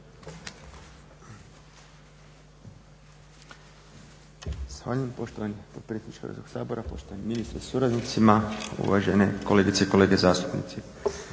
Zahvaljujem poštovani potpredsjedniče Hrvatskog sabora, poštovani ministre sa suradnicima, uvažene kolegice i kolege zastupnici.